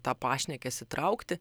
tą pašnekesį traukti